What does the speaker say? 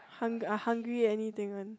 hungr~ hungry anything one